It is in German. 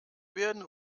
werden